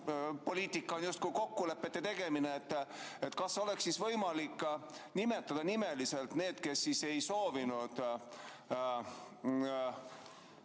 poliitika on justkui kokkulepete tegemine. Kas oleks võimalik nimetada nimeliselt need, kes ei soovinud